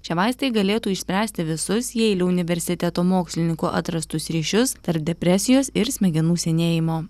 šie vaistai galėtų išspręsti visus jeilio universiteto mokslininkų atrastus ryšius tarp depresijos ir smegenų senėjimo